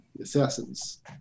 assassins